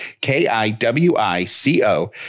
K-I-W-I-C-O